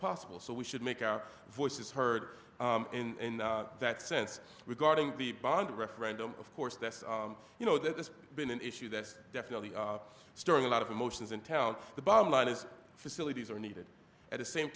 possible so we should make our voices heard in that sense regarding the bond referendum of course that's you know that this been an issue that's definitely storing a lot of emotions in town the bottom line is facilities are needed at the same